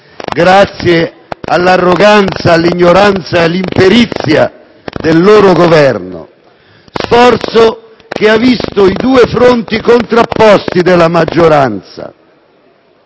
grazie all'arroganza, all'ignoranza e all'imperizia del loro Governo. Sforzo che ha visto contrapposti i due fronti della maggioranza.